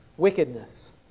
Wickedness